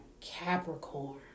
capricorn